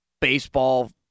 baseball